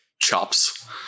chops